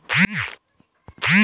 ऋण लेहे बर खाता होना जरूरी ह का?